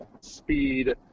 speed